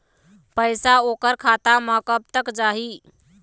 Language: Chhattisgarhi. पैसा ओकर खाता म कब तक जाही?